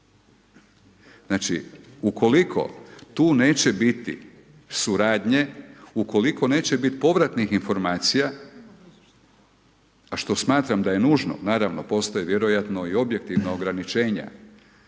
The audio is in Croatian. Znači, ukoliko tu neće biti suradnje, ukoliko neće biti povratnih informacija, a što smatram da je nužno naravno postoje vjerojatno i objektivna ograničenja,